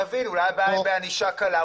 אולי הבעיה היא בענישה קשה,